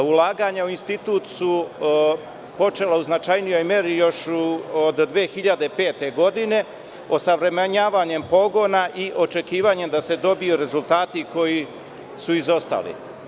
Ulaganja u Institut su počela u značajnijoj meri još od 2005. godine osavremenjavanjem pogona i očekivanjem da se dobiju rezultati koji su izostali.